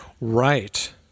Right